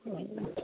ആ